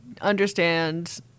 understand